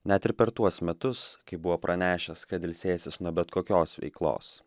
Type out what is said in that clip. net ir per tuos metus kai buvo pranešęs kad ilsėsis nuo bet kokios veiklos